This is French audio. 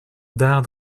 d’art